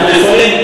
אנחנו יכולים,